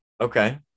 Okay